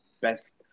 best